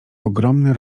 ogromny